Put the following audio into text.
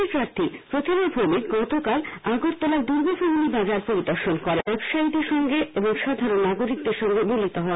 BJP প্রার্থী শ্রীমতি প্রতিমা ভৌমিক গতকাল আগরতলার দুর্গা চৌমুহনী বাজার পরিদর্শন করে ব্যবসায়ীদের সঙ্গে ও সাধারণ নাগরিকদের সঙ্গে মিলিত হন